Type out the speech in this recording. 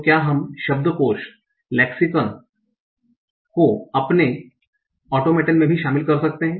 तो क्या हम लेक्सिकन को अपने ऑटोमेटन में भी शामिल कर सकते हैं